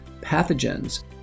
pathogens